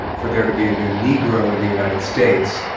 for there to be a new negro in the united states,